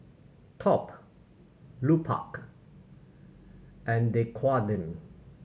Top Lupark and Dequadin